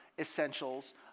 essentials